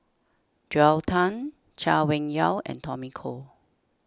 Joel Tan Chay Weng Yew and Tommy Koh